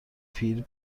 پیر